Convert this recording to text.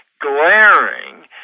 glaring